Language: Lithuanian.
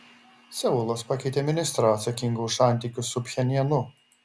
seulas pakeitė ministrą atsakingą už santykius su pchenjanu